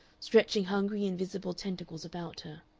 stretching hungry invisible tentacles about her.